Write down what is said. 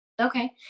Okay